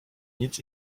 nic